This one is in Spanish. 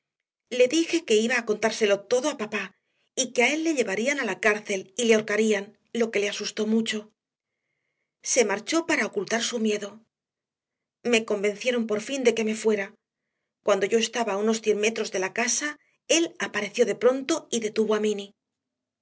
le dije que iba a contárselo todo a papá y que a él le llevarían a la cárcel y le ahorcarían lo que le asustó mucho se marchó para ocultar su miedo me convencieron por fin de que me fuera cuando yo estaba a unos cien metros de la casa él apareció de pronto y detuvo a minny